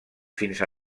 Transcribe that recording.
fins